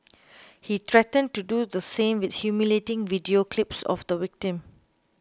he threatened to do the same with humiliating video clips of the victim